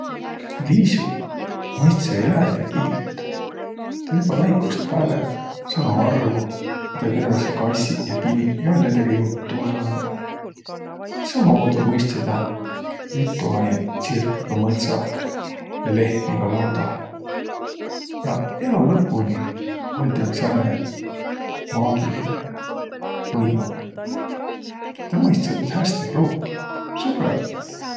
Liis'u mõistsõ eläjide kiiltTä oll' joba väikust pääle saanuq arvo, midä kõnõlõsõq kassiq ja piniq ja oll' näidega juttu ajanuq. Sammamuudu mõistsõ tä juttu ajjaq tsirkõga mõtsah ja lehmiga laudah ja elo lõpuni oll' täl sääne maagilinõ võimõq. Tä mõistsõ tuud häste pruukiq.